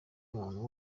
muntu